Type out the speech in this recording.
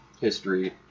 history